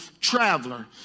traveler